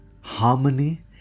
harmony